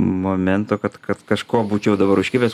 momento kad kad kažko būčiau dabar užkibęs